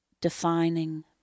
defining